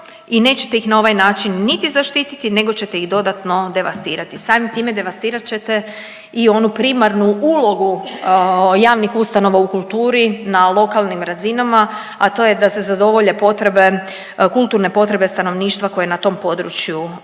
i nećete ih na ovaj način niti zaštititi nego ćete ih dodatno devastirati. Samim time devastirat ćete i onu primarnu ulogu javnih ustanova u kulturi na lokalnim razinama, a to je da se zadovolje potrebe, kulturne potrebe stanovništva koje na tom području živi.